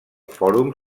fòrum